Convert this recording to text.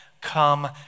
come